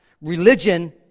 Religion